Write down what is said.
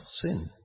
sin